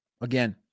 again